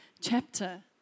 chapter